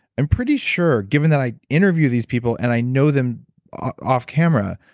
i'm pretty sure, given that i interview these people and i know them off camera,